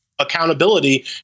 accountability